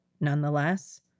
Nonetheless